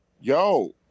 Yo